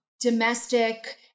domestic